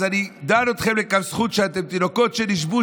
אז אני דן אתכם לכף זכות שאתם תינוקות שנשבו,